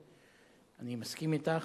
ואני מסכים אתך.